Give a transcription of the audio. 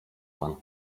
pan